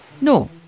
No